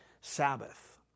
Sabbath